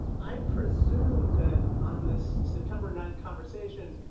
i presume that on this september ninth conversation,